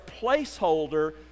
placeholder